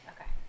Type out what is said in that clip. Okay